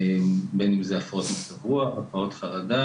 בין אם זה הפרעות מצב רוח, הפרעות חרדה